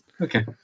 Okay